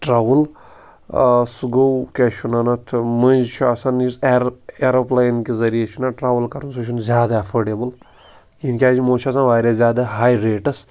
travel سُہ گوٚو کیٛاہ چھِ وَنان اَتھ مٔنٛزۍ چھُ آسان یُس ایر ایروپٕلین کہِ ذٔریعہٕ چھُنہ ٹرٛاوٕل کَرُن سُہ چھُنہٕ زیادٕ ایٚفٲڈیبٕل کِہیٖنۍ کیٛازِکہِ یِمو چھِ آسان واریاہ زیادٕ ہاے ریٹٕس